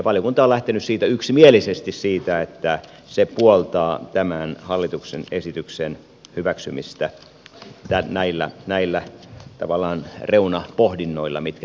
valiokunta on lähtenyt yksimielisesti siitä että se puoltaa tämän hallituksen esityksen hyväksymistä näillä tavallaan reunapohdinnoilla mitkä tähän liittyvät